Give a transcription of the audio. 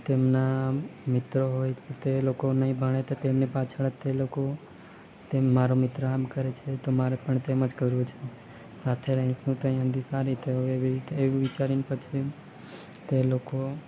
તેમના મિત્રો હોય તે લોકો નહીં ભણે તો તેમની પાછળ જ તે લોકો તે મારો મિત્ર આમ કરે છે તો મારે પણ તેમ જ કરવું છે સાથે રહી ત્યાં સુધી સારી રીતે તેઓ એવી રીતે એવું વિચારી પછી તે લોકો